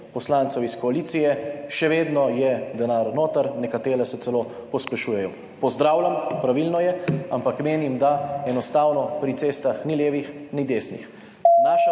poslancev iz koalicije. Še vedno je notri denar, nekateri se celo pospešujejo. Pozdravljam, pravilno je, ampak menim, da enostavno pri cestah ni levih, ni desnih.